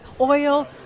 oil